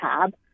tab